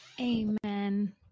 Amen